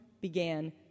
began